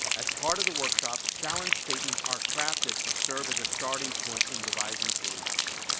as part of the workshops, challenge statements are crafted to serve as a starting point in devising solutions.